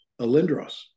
Alindros